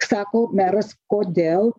sako meras kodėl